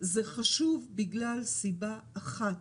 זה חשוב בגלל סיבה אחת,